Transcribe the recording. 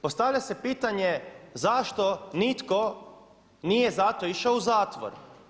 Postavlja se pitanje zašto nitko nije zato išao u zatvor.